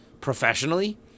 professionally